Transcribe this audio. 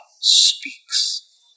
speaks